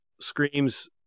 screams